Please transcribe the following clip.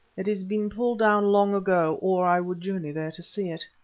it has been pulled down long ago, or i would journey there to see it.